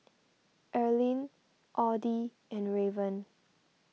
Earline Audy and Raven